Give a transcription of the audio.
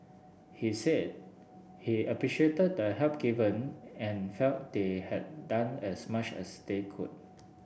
he said he appreciated the help given and felt they had done as much as they could